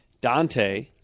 Dante